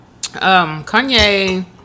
Kanye